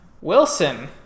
Wilson